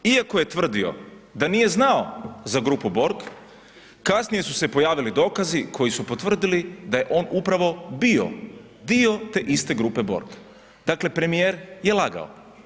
Iako je tvrdio da nije znao za grupu Borg kasnije su se pojavili dokazi koji su potvrdili da je on upravo bio dio te iste grupe Borg, dakle premijer je lagao.